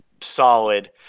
solid